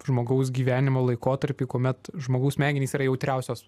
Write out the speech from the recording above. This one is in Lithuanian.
žmogaus gyvenimo laikotarpį kuomet žmogaus smegenys yra jautriausios